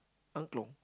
angklung